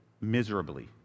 miserably